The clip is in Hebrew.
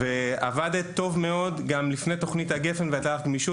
ועבדת טוב מאוד גם לפני תכנית גפ"ן והייתה לך גמישות,